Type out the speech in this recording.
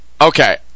Okay